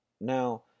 Now